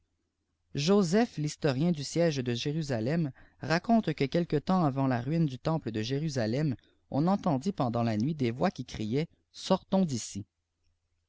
joseph rhistorien du siège de jérufelem raconte que elque temps amnt la ruine du temple de jérusalem on entendit péndamt ht nuit des voix qui criaient sortons d'ici